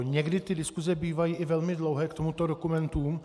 Někdy diskuse bývají i velmi dlouhé k těmto dokumentům.